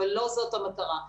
אבל לא זאת המטרה.